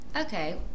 Okay